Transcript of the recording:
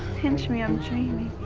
pinch me i'm dreaming.